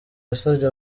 yasabye